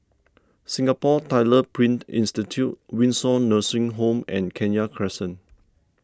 Singapore Tyler Print Institute Windsor Nursing Home and Kenya Crescent